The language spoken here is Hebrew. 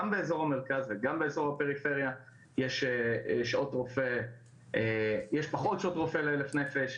גם באזור המרכז וגם באזור הפריפריה יש פחות שעות רופא ל-1,000 נפש,